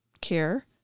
care